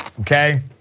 Okay